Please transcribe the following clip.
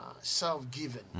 self-given